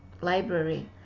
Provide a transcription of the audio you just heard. library